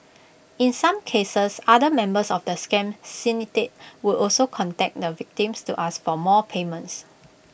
in some cases other members of the scam syndicate would also contact the victims to ask for more payments